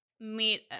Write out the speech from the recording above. meet